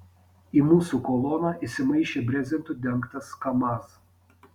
į mūsų koloną įsimaišė brezentu dengtas kamaz